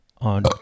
on